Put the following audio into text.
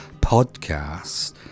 podcast